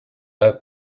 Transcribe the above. let